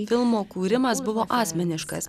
filmo kūrimas buvo asmeniškas